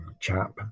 chap